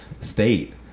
state